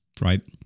right